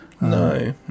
No